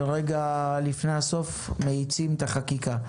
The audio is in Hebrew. ורגע לפני הסוף מאיצים את החקיקה.